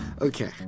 Okay